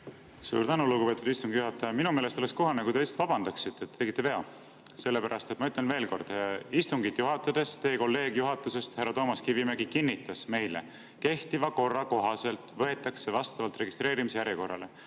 Suur tänu, lugupeetud istungi juhataja! Minu meelest oleks kohane, kui te lihtsalt vabandaksite, et tegite vea. Sellepärast et, ma ütlen veel kord, istungit juhatades teie kolleeg juhatusest, härra Toomas Kivimägi kinnitas meile: kehtiva korra kohaselt võetakse vastavalt registreerimise järjekorrale.